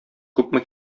күпме